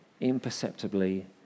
imperceptibly